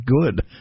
good